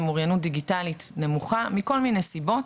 אוריינות דיגיטלית נמוכה מכל מיני סיבות.